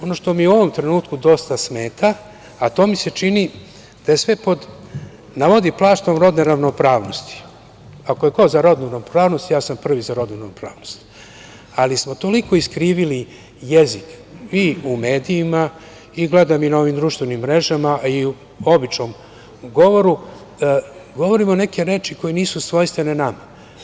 Ono što mi u ovom trenutku dosta smeta, a to mi se čini da je sve pod navodi plaštom rodne ravnopravnosti, ako je ko za rodnu ravnopravnost, ja sam prvi za rodnu ravnopravnost, ali smo toliko iskrivili jezik i u medijima, gledam i na ovim društvenim mrežama, a i u običnom govoru, govorimo neke reči koje nisu svojstvene nama.